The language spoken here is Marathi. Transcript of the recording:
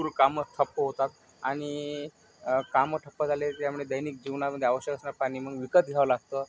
कामं ठप्प होतात आणि कामं ठप्प झाले त्यामुळे दैनिक जीवनामध्ये आवश्यक असणार पाणी मग विकत घ्यावं लागतं